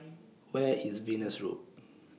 Where IS Venus Road